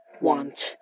want